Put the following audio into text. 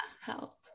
health